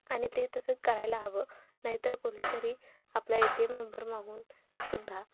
आणि ते तसं करायला हवं नाहीतर कोणीतरी आपला ए टी एम नंबर मागून सुद्धा